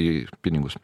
į pinigus